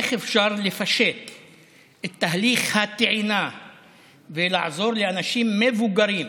איך אפשר לפשט את תהליך הטעינה ולעזור לאנשים מבוגרים,